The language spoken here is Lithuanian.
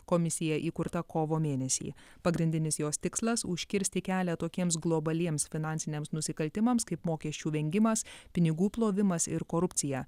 komisija įkurta kovo mėnesį pagrindinis jos tikslas užkirsti kelią tokiems globaliems finansiniams nusikaltimams kaip mokesčių vengimas pinigų plovimas ir korupcija